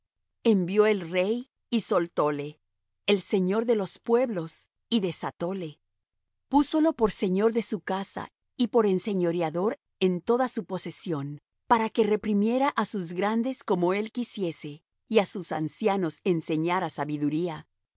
envió el rey y soltóle el señor de los pueblos y desatóle púsolo por señor de su casa y por enseñoreador en toda su posesión para que reprimiera á sus grandes como él quisiese y á sus ancianos enseñara sabiduría